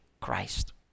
Christ